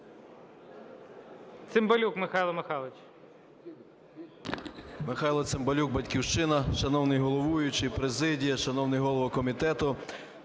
Цимбалюк Михайло Михайлович.